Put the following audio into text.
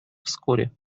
вскоре